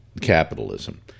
capitalism